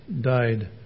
died